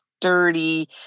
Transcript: dirty